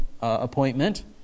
appointment